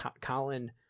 Colin